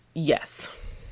Yes